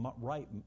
right